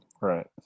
Right